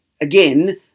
again